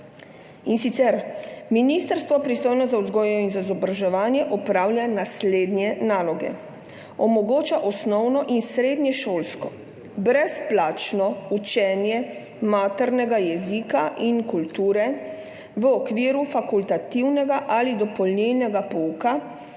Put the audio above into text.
in sicer. »Ministrstvo, pristojno za vzgojo in izobraževanje, opravlja naslednje naloge: omogoča osnovno- in srednješolsko brezplačno učenje maternega jezika in kulture v okviru fakultativnega ali dopolnilnega pouka